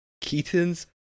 Keaton's